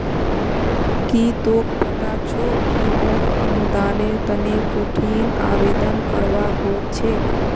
की तोक पता छोक कि मोक अनुदानेर तने कुंठिन आवेदन करवा हो छेक